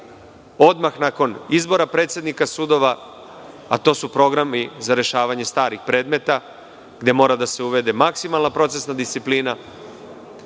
odmah nakon izbora predsednika sudova, a to su programi za rešavanje starih predmeta, gde mora da se uvede maksimalna procesna disciplina